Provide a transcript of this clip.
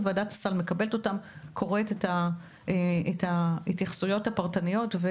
היא קוראת את ההתייחסויות הפרטניות האלה